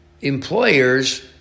employers